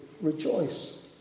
rejoice